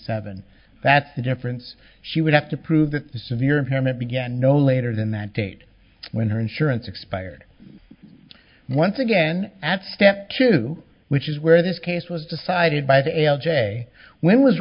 seven that's the difference she would have to prove that the severe impairment began no later than that date when her insurance expired once again at step two which is where this case was decided by the a l j when was